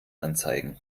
anzeigen